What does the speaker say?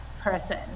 person